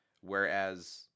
whereas